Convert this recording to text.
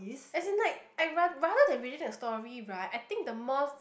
as in like I rather rather than reading the story right I think the most